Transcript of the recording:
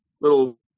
little